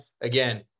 again